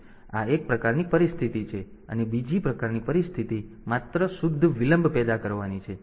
તેથી આ એક પ્રકારની પરિસ્થિતિ છે અને બીજી પ્રકારની પરિસ્થિતિ માત્ર શુદ્ધ વિલંબ પેદા કરવાની છે